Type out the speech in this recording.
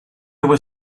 were